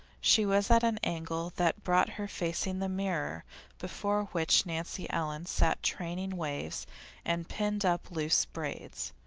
she was at an angle that brought her facing the mirror before which nancy ellen sat training waves and pinning up loose braids.